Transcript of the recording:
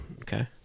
Okay